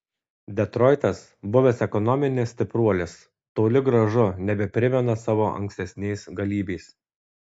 detroitas buvęs ekonominis stipruolis toli gražu nebeprimena savo ankstesnės galybės